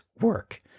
work